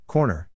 Corner